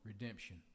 redemption